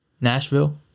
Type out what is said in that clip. Nashville